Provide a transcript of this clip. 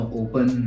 open